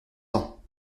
temps